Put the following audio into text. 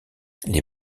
les